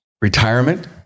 Retirement